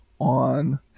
on